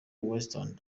weinstein